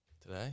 Today